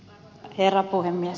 herra puhemies